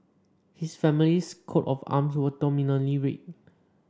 his family's coat of arms was dominantly red